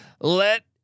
let